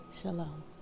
Shalom